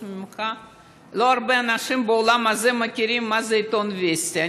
שחוץ ממך לא הרבה אנשים באולם הזה מכירים את העיתון וסטי.